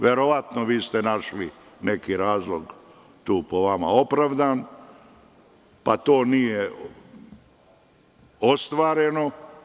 Verovatno ste našli neki razlog, po vama opravdan, pa to nije ostvareno.